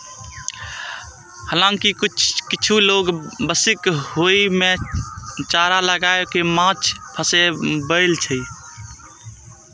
हालांकि किछु लोग बंशीक हुक मे चारा लगाय कें माछ फंसाबै छै